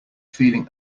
feeling